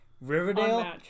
Riverdale